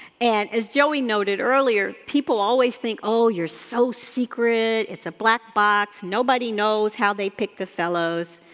and as joey noted earlier, people always think oh, you're so secret, it's a black box, nobody knows how they pick the fellows.